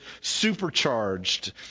supercharged